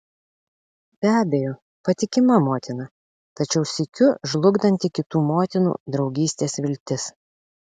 be abejo patikima motina tačiau sykiu žlugdanti kitų motinų draugystės viltis